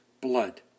blood